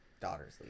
daughter's